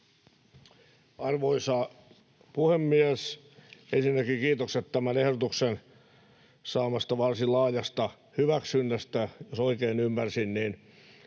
Arvoisa puhemies! Ensinnäkin kiitokset tämän ehdotuksen saamasta varsin laajasta hyväksynnästä. Jos oikein ymmärsin, niin